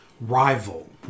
rival